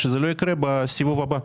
עכשיו לא יקרה בסיבוב הבא.